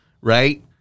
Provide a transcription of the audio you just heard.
right